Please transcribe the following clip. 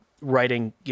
writing